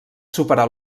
superar